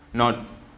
not